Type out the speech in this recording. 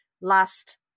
last